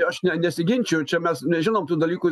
aš ne nesiginčiju čia mes nežinom tų dalykų